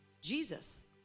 jesus